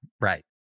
right